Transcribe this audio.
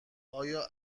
ایا